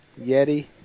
Yeti